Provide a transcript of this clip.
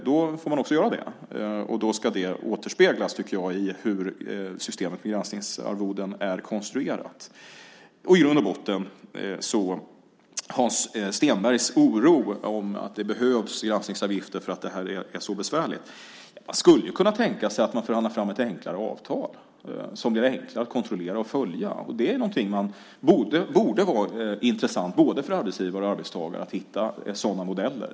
Då får man också göra det, och jag tycker att det ska återspeglas i hur systemet med granskningsarvoden är konstruerat. Hans Stenberg är orolig och säger att det behövs granskningsavgifter för att det här är så besvärligt. Man skulle ju kunna tänka sig att man förhandlar fram ett enklare avtal som blir enklare att kontrollera och följa. Det borde vara intressant både för arbetsgivare och för arbetstagare att hitta sådana modeller.